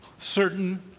certain